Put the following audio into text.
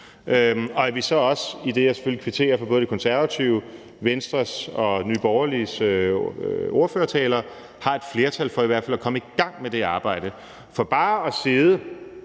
og at vi så også, idet jeg selvfølgelig kvitterer for både De Konservatives, Venstres og Nye Borgerliges ordførertale, får et flertal for i hvert fald at komme i gang med det arbejde. For bare at sidde